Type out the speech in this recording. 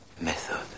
method